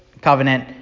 Covenant